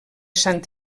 sant